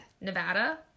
Nevada